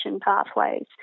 pathways